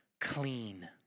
Clean